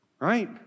right